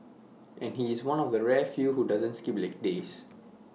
and he's one of the rare few who doesn't skip leg days